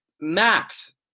max